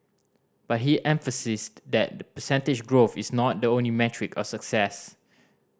but he emphasised that percentage growth is not the only metric of success